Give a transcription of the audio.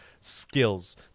skills